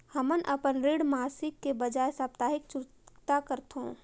हमन अपन ऋण मासिक के बजाय साप्ताहिक चुकता करथों